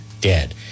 dead